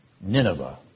Nineveh